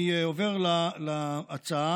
אני עובר להצעה.